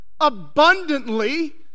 abundantly